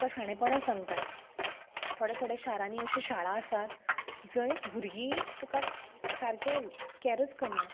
तुकां शाणेपणां सांगतात थोड्या थोड्या शारांनी अशो शाळां आसात जंय भुरगीं तुकां सारकें कॅरच करनात